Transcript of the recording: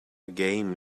game